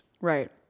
Right